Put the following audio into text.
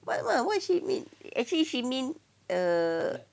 what what what she mean actually she mean err